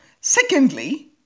Secondly